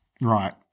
Right